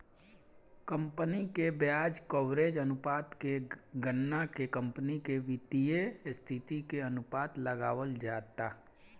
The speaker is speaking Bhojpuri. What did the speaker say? कंपनी के ब्याज कवरेज अनुपात के गणना के कंपनी के वित्तीय स्थिति के अनुमान लगावल जाता